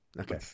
Okay